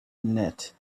knit